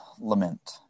lament